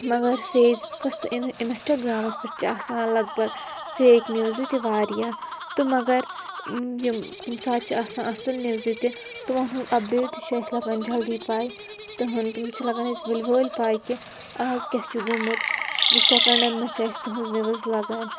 مگر فیس بُکَس تہٕ اِنہَ اِنَسٹاگرٛامَس پٮ۪ٹھ چھِ آسان لَگ بَگ فیک نِوزٕ تہِ واریاہ تہٕ مگر یِم کُنہِ ساتہٕ چھِ آسان اَصٕل نِوزٕ تہِ تِمَن ہُنٛد اَپڈیٹ تہِ چھُ اَسہِ لَگان جلدی پَے تِہٕنٛد تِم چھِ لَگان اَسہِ ؤلۍ وٲلۍ پَے کہِ آز کیٛاہ چھِ گوٚمُت یُس سٮ۪کَنڈَن منٛز چھِ اَسہِ تہٕنٛز نِوٕز لَگان